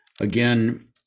again